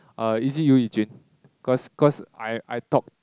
uh is it you Yi-Jun cause cause I I talk